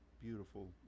beautiful